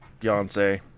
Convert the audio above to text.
Beyonce